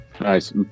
Nice